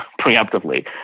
preemptively